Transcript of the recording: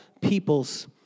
peoples